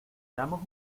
damos